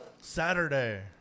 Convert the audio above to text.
Saturday